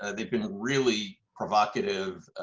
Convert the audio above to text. ah they've been really provocative,